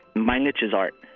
my niche is art.